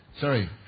Sorry